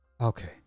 Okay